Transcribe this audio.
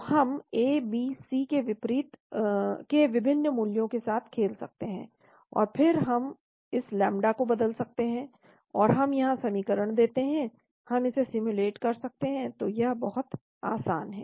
तो हम A B C के विभिन्न मूल्यों के साथ खेल सकते हैं और फिर हम इस लैम्ब्डा को बदल सकते हैं तो हम यहां समीकरण देते हैं हम इसे सिम्युलेट कर सकते हैं तो यह बहुत आसान है